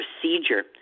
procedure